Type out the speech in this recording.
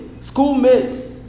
schoolmates